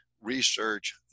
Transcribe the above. research